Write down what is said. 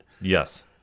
Yes